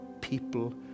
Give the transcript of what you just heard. people